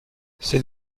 ses